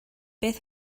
beth